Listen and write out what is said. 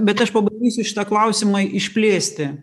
bet aš pabandysiu šitą klausimą išplėsti